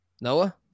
Noah